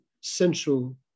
central